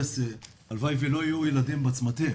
הלוואי ולא יהיו ילדים בצמתים